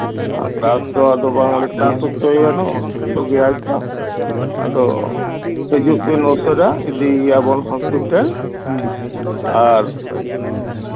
ᱟᱨ class ᱫᱚ ᱟᱫᱚ ᱵᱟᱝᱞᱮ ᱠᱞᱟᱥ ᱦᱚᱪᱚᱭᱮᱭᱟ ᱱᱟᱝ ᱚᱥᱩᱥᱛᱷᱚ ᱜᱮᱭᱟᱭ ᱛᱚ ᱟᱫᱚ ᱦᱤᱡᱩᱜ ᱵᱮᱱ ᱩᱥᱟᱹᱨᱟ ᱤᱫᱤᱭᱮᱭᱟᱵᱚᱱ ᱦᱚᱥᱯᱤᱴᱟᱞ ᱟᱨ